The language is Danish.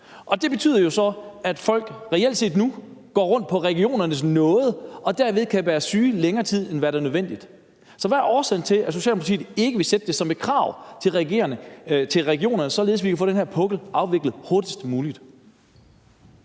Og det betyder jo så, at folk reelt set nu går rundt på regionernes nåde og derved kan være syge i længere tid, end hvad der er nødvendigt. Så hvad er årsagen til, at Socialdemokratiet ikke vil sætte det som et krav til regionerne, således at vi kan få den her pukkel afviklet hurtigst muligt?